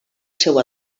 seu